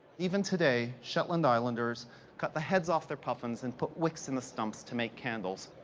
even today, shetland islanders cut the heads off their puffins and put wicks in the stumps to make candles.